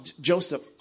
Joseph